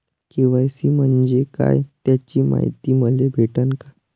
KYC म्हंजे काय त्याची मायती मले भेटन का?